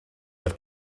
oedd